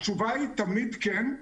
התשובה היא תמיד כן,